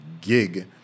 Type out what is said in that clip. gig